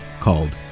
called